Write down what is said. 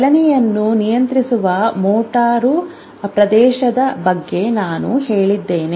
ಚಲನೆಯನ್ನು ನಿಯಂತ್ರಿಸುವ ಮೋಟಾರು ಪ್ರದೇಶದ ಬಗ್ಗೆ ನಾನು ಹೇಳಿದ್ದೇನೆ